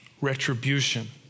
retribution